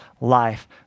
life